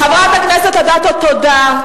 חברת הכנסת אדטו, תודה.